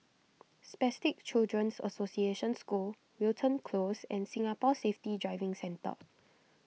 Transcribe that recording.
Spastic Children's Association School Wilton Close and Singapore Safety Driving Centre